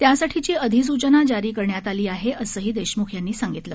त्यासाठीची अधिसूचना जारी करण्यात आली आहे असंही देशमुख यांनी सांगितलं